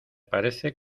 parece